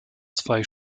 zwei